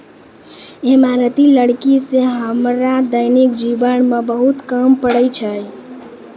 इमारती लकड़ी सें हमरा दैनिक जीवन म बहुत काम पड़ै छै